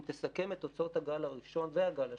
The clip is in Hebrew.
אם תסכם את תוצאות הגל הראשון והגל השנים,